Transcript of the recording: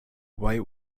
white